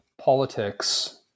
politics